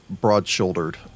broad-shouldered